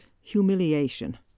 humiliation